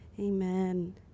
Amen